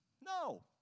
No